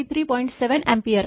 7 ampere